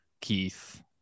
Keith